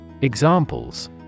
Examples